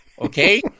Okay